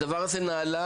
הדבר הזה נעלה,